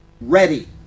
ready